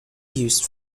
used